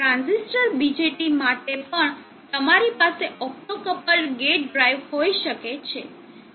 transistor BJT માટે પણ તમારી પાસે ઓપ્ટોક્પ્લ્ડ ગેટ ડ્રાઇવ હોઈ શકે છે